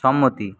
সম্মতি